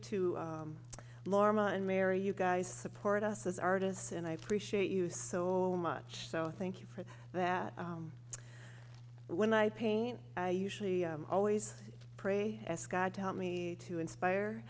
to laura and mary you guys support us as artists and i appreciate you so much so thank you for that but when i paint i usually always pray as god to help me to inspire